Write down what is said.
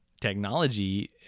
technology